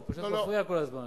הוא פשוט מפריע כל הזמן,